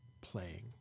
playing